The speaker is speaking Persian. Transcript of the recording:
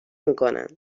میکنن